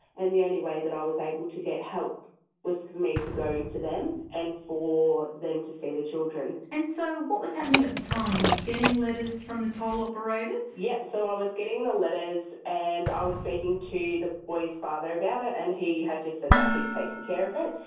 and the only way that i was able to get help was for me to go to them and for them to see the children. and so what was happening at the time? were you getting letters from the toll operators? yes, so i was getting the letters and i was speaking to the boys' father about it and he had just said that he had taken care of it.